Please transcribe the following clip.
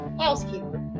Housekeeper